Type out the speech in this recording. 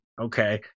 Okay